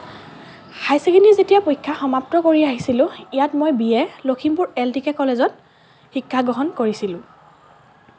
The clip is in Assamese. হায়াৰ ছেকেণ্ডেৰী যেতিয়া পৰীক্ষা সমাপ্ত কৰি আহিছিলোঁ ইয়াত মই B A Lakhimpur L D K কলেজত শিক্ষা গ্ৰহণ কৰিছিলোঁ